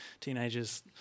teenagers –